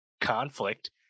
conflict